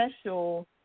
special